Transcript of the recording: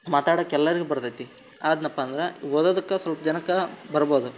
ಮಾತಾಡೋಕೆ ಎಲ್ಲರಿಗೂ ಬರ್ತದೆ ಆದೆನಪ್ಪ ಅಂದ್ರೆ ಓದೋದಕ್ಕೆ ಸ್ವಲ್ಪ ಜನಕ್ಕೆ ಬರ್ಬೋದು